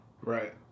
Right